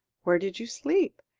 where did you sleep?